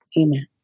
Amen